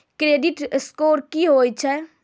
Credit score की होय छै?